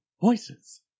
voices